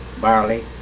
barley